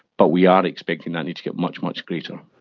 but we are expecting that need to get much, much greater.